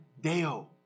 Deo